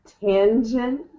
tangent